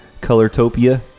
Colortopia